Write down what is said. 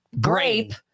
grape